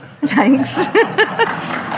Thanks